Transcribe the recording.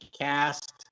cast